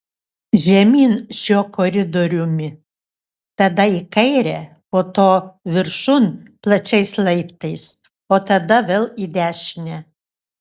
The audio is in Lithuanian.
žemyn šiuo koridoriumi tada į kairę po to viršun plačiais laiptais o tada vėl į dešinę